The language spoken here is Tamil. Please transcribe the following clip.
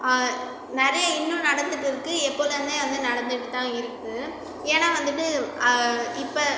நிறைய இன்னும் நடந்துகிட்டு இருக்கு எப்போதுமே வந்து நடந்துகிட்டு தான் இருக்கு ஏன்னா வந்துவிட்டு இப்போ